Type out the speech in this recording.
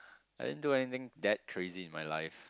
I didn't do anything that crazy in my life